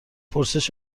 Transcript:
پرسش